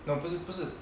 没有不是不是